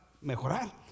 mejorar